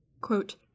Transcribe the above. Quote